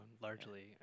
largely